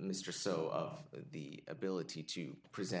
mr so of the ability to present a